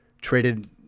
traded